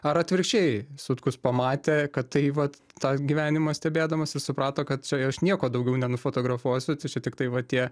ar atvirkščiai sutkus pamatė kad tai vat tą gyvenimą stebėdamas ir suprato kad čia aš nieko daugiau nenufotografuosiu tai čia tiktai va tie